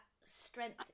strength